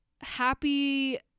happy